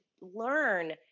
learn